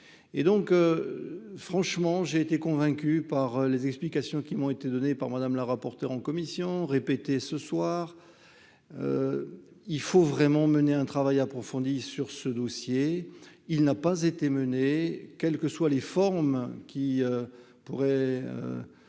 et donc franchement, j'ai été convaincu par les explications qui m'ont été donnés par Madame la rapporteure en commission répéter ce soir, il faut vraiment mener un travail approfondi sur ce dossier, il n'a pas été menée, quelles que soient les formes qui pourraient